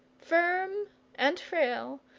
firm and frail,